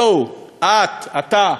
הלו, את, אתה.